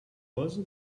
was